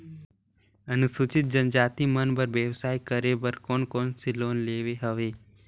अनुसूचित जनजाति मन बर व्यवसाय करे बर कौन कौन से लोन हवे?